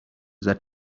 that